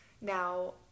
now